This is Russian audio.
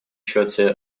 счете